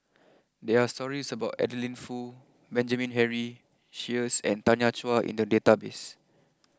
there are stories about Adeline Foo Benjamin Henry Sheares and Tanya Chua in the database